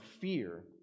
fear